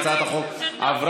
הצעת החוק עברה,